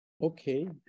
okay